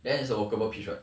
then it's a workable pitch [what]